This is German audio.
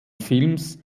films